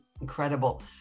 incredible